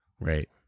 Right